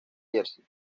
jersey